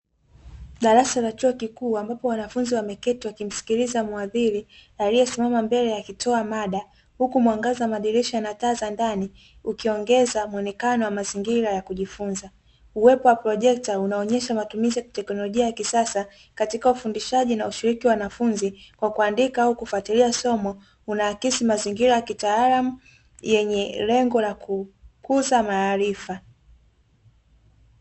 Darasa la chuo kikuu ambapo wanafunzi wameketi wakimsikiliza mhadhiri aliyesimama mbele akitoa mada, huku mwagaza wa madirisha na taa za ndani ukiongeza muonekano wa mazingira ya kujifunza, uwepo wa projekta unaonyesha matumizi ya teknolojia ya kisasa katika ufundishaji na ushiriki wa wanafunzi kwa kuandika au kwa kufuatilia somo unaakisi mazingira ya kitaalamu yenye lengo la kukuza maarifa.